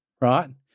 Right